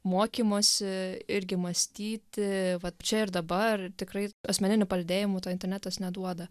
mokymosi irgi mąstyti vat čia ir dabar tikrai asmeniniu palydėjimu to internetas neduoda